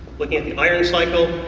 looking at the iron cycle,